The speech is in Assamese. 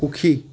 সুখী